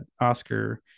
Oscar